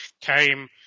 came